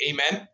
Amen